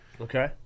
Okay